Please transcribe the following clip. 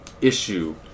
issue